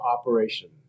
operation